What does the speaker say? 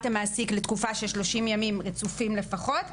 המעסיק לתקופה של 30 ימים רצופים לפחות,